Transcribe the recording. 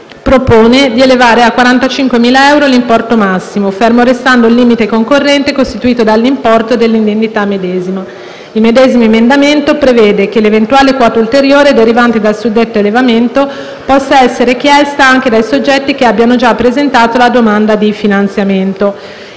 propone di elevare a 45.000 euro l'importo massimo, fermo restando il limite concorrente, costituito dall'importo dell'indennità medesima; il medesimo emendamento prevede che l'eventuale quota ulteriore, derivante dal suddetto elevamento, possa essere chiesta anche dai soggetti che abbiano già presentato la domanda di finanziamento.